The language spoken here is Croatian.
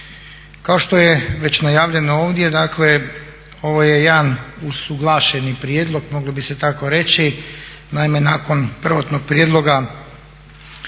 Kao što je već najavljeno ovdje ovo je jedan usuglašeni prijedlog, moglo bi se tako reći, naime nakon prvotnog prijedloga